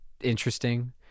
interesting